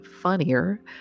funnier